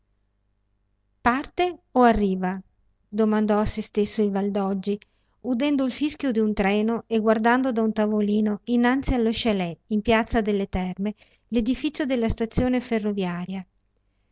volta parte o arriva domandò a se stesso il valdoggi udendo il fischio d'un treno e guardando da un tavolino innanzi allo chlet in piazza delle terme l'edificio della stazione ferroviaria